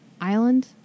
island